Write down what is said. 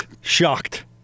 Shocked